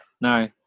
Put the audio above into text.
No